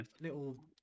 little